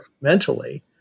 mentally